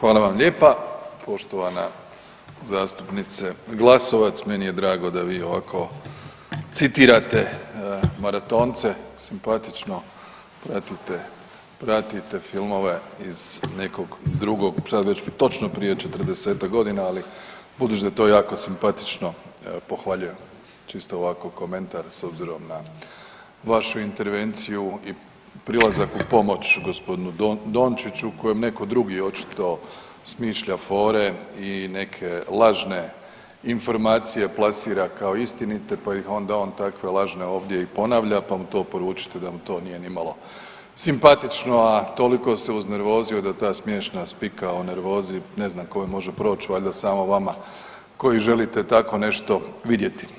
Hvala vam lijepa poštovana zastupnice Glasovac, meni je drago da vi ovako citirate „Maratonce“, simpatično, pratite filmove iz nekog drugog, sad već točno prije 40-ak godina, ali budući da je to jako simpatično, pohvaljujem, čisto ovako komentar, s obzirom na vašu intervenciju i prilazak u pomoć g. Dončiću kojem netko drugi očito smišlja fore i neke lažne informacije plasira kao istinite pa ih onda on takve lažne ovdje i ponavlja, pa mu to poručite da mu to nije nimalo simpatično, a toliko se uznervozio da ta smiješna spika o nervozi ne znam kome može proći, valjda samo vama koji želite tako nešto vidjeti.